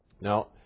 Now